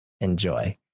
Enjoy